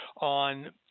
on –